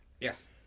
Yes